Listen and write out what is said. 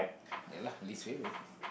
ya lah least favorite